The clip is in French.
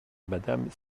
madame